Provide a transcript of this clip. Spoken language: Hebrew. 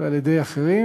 ועל-ידי אחרים,